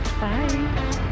Bye